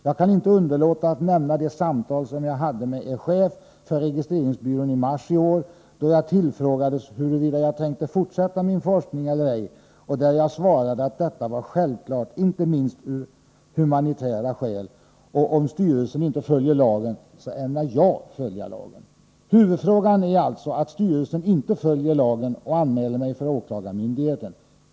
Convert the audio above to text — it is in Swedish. Jag kan inte underlåta att nämna det samtal jag hade med er chef för registreringsbyrån i mars i år då jag tillfrågades huruvida jag tänkte fortsätta min forskning eller ej och där jag svarade att detta var självklart inte minst ur humanitära skäl och om Styrelsen inte följer lagen så ämnar jag följa lagen. Huvudfrågan är alltså att Styrelsen inte följer lagen och anmäler mig för åklagarmyndigheten.